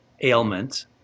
ailment